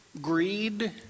greed